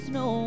no